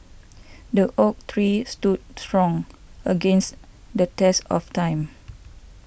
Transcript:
the oak tree stood strong against the test of time